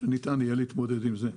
שניתן יהיה להתמודד עם זה.